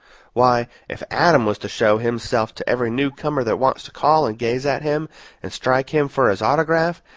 why, if adam was to show himself to every new comer that wants to call and gaze at him and strike him for his autograph,